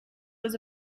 was